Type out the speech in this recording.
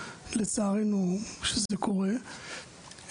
לצערנו שזה קורה,